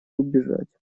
убежать